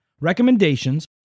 recommendations